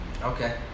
Okay